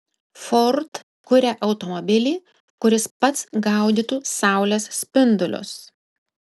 ford kuria automobilį kuris pats gaudytų saulės spindulius